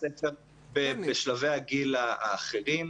בשלבי הגיל האחרים,